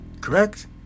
Correct